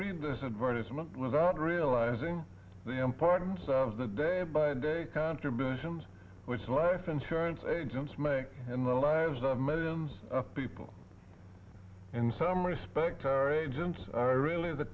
read this advertisement without realizing the importance of the day by day contributions which life insurance agents make and the lives of millions of people in some respect our agents are